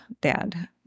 dad